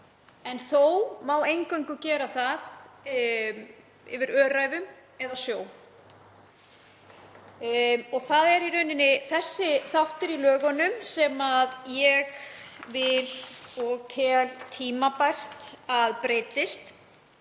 en þó má eingöngu gera það yfir öræfum eða sjó. Það er í rauninni sá þáttur í lögunum sem ég vil breyta og tel tímabært að breytist.